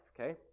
Okay